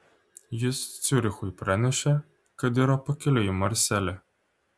jis ciurichui pranešė kad yra pakeliui į marselį